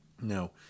No